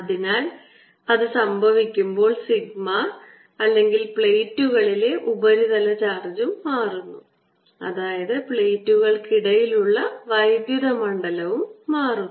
അതിനാൽ അതു സംഭവിക്കുമ്പോൾ സിഗ്മ അല്ലെങ്കിൽ പ്ലേറ്റുകളിലെ ഉപരിതല ചാർജും മാറുന്നു അതായത് പ്ലേറ്റുകൾക്കിടയിലുള്ള വൈദ്യുത മണ്ഡലവും മാറുന്നു